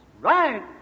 Right